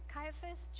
Caiaphas